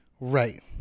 right